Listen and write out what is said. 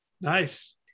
Nice